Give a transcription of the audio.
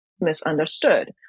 misunderstood